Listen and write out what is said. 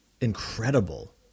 incredible